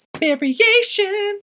variation